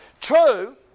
True